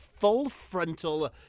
full-frontal